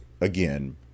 again